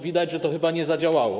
Widać, że to chyba nie zadziałało.